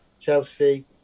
Chelsea